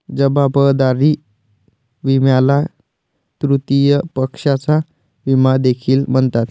जबाबदारी विम्याला तृतीय पक्षाचा विमा देखील म्हणतात